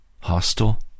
hostile